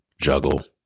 juggle